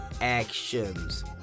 actions